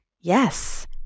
yes